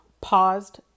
paused